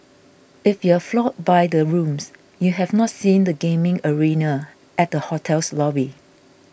if you're floored by the rooms you have not seen the gaming arena at the hotel's lobby